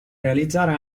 realizzare